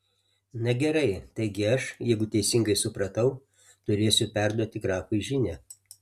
na gerai taigi aš jeigu teisingai supratau turėsiu perduoti grafui žinią